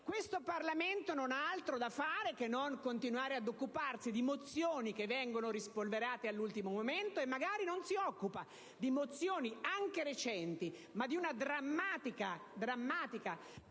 nostro Parlamento non ha altro da fare che continuare ad occuparsi di mozioni che vengono rispolverate all'ultimo momento? Peraltro, non si occupa di mozioni anche recenti e di drammatica urgenza,